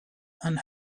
and